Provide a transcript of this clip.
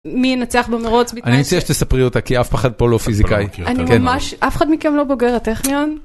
מי ינצח במרוץ. אני מציע שתספרי אותה כי אף אחד פה לא פיזיקאי. אני ממש. אף אחד פה לא בוגר הטכניון?